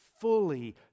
fully